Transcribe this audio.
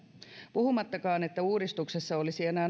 puhumattakaan että uudistuksessa olisi enää